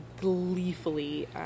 gleefully